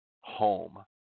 home